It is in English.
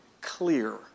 clear